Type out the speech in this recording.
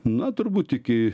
na turbūt iki